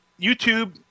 YouTube